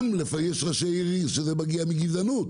גם לפעמים יש ראשי ערים שזה מגיע מגזענות,